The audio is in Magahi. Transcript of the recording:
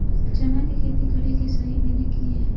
चना के खेती करे के सही विधि की हय?